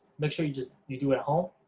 make sure you just you do it at home,